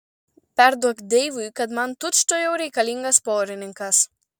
perduok deivui kad man tučtuojau reikalingas porininkas